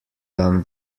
dan